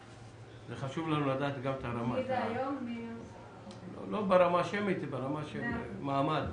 חשוב לנו לדעת, לא ברמה השמית אלא ברמה של המעמד.